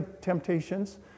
temptations